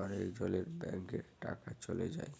আরেকজলের ব্যাংকে টাকা চ্যলে যায়